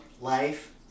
life